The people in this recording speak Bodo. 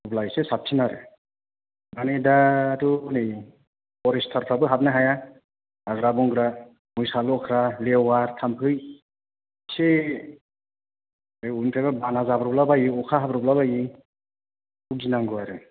अब्ला इसे साबसिन आरो मानि दा थ' हनै फरेसथारफ्राबो हाबनो हाया हाग्रा बंग्रा मोसा लख्रा लेवार थामफैखि ए अबेनिफ्रायबा बाना जाब्रबला बायो अखा हाब्रबला बायो गिनांगौ आरो